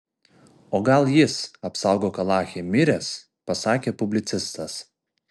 o gal jis apsaugok alache miręs pasakė publicistas